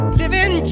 living